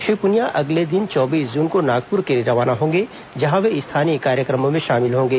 श्री पुनिया अगले दिन चौबीस जून को नागपुर के लिए रवाना होंगे जहां वे स्थानीय कार्यक्रमों में शामिल होंगे